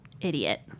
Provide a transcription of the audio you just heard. Idiot